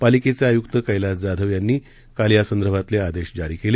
पालिकेचे आयुक्त कैलास जाधव यांनी आज यासंदर्भातले आदेश जारी केले